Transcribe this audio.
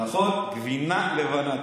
נכון, גבינה לבנה.